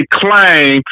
claim